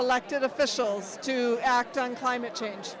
elected officials to act on climate change